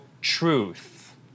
truth